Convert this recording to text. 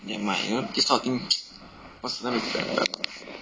nevermind you know this kind of thing personal is better